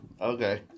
Okay